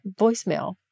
voicemail